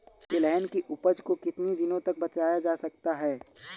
तिलहन की उपज को कितनी दिनों तक बचाया जा सकता है?